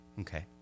Okay